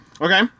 Okay